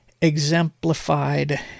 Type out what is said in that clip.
exemplified